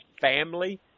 family